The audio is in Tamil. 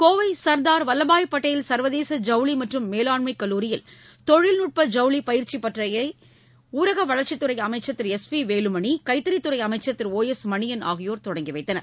கோவை சர்தார் வல்லபாய் பட்டேல் சர்வதேச ஜவுளி மற்றும் மேலாண்மைக் கல்லூரியில் தொழில்நுட்ப ஜவுளி பயிற்சிப் பட்டறையை ஊரக வளர்ச்சித்துறை அமைச்சர் திரு எஸ் பி வேலுமணி கைத்தறித்துறை அமைச்சர் திரு ஒ எஸ் மணியன் ஆகியோர் தொடங்கி வைத்தனர்